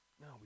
No